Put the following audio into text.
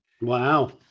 Wow